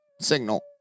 signal